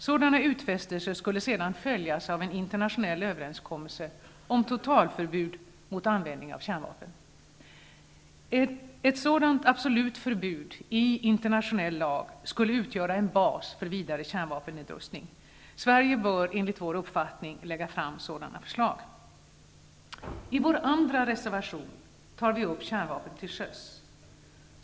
Sådana utfästelser skulle sedan följas av en internationell överenskommelse om totalförbud mot användning av kärnvapen. Ett sådant absolut förbud i internationell lag skulle utgöra en bas för vidare kärnvapennedrustning. Sverige bör enligt vår uppfattning lägga fram sådana förslag. I vår andra reservation tar vi upp kärnvapen till sjöss.